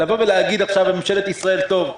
לבוא ולהגיד עכשיו לממשלת ישראל: טוב,